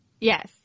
Yes